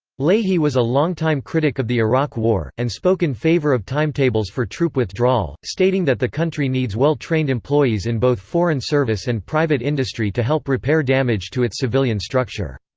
leahy was a longtime critic of the iraq war, and spoke in favor of timetables for troop withdrawal, stating that the country needs well-trained employees in both foreign service and private industry to help repair damage to its civilian structure.